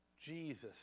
Jesus